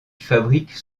fabrique